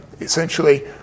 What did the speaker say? essentially